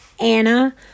Anna